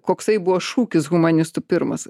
koksai buvo šūkis humanistų pirmas